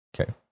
Okay